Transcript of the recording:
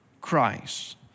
Christ